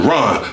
Run